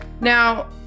now